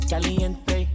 Caliente